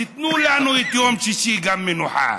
אז תנו לנו את יום שישי, גם מנוחה.